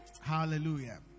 Hallelujah